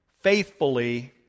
faithfully